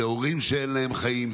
זה הורים שאין להם חיים,